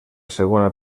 segona